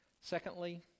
Secondly